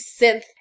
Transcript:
synth